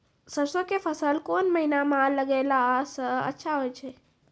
सरसों के फसल कोन महिना म लगैला सऽ अच्छा होय छै?